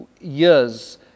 years